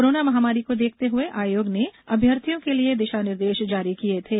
corona महामारी को देखते हुए आयोग ने अभ्यर्थियों के लिए दिशा निर्देश जारी किये थे